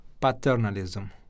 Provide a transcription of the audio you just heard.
paternalism